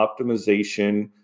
optimization